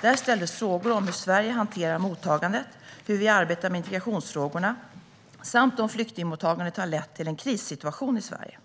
Där ställdes frågor om hur Sverige hanterar mottagandet, hur vi arbetar med integrationsfrågorna samt om flyktingmottagandet har lett till en krissituation i Sverige.